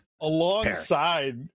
alongside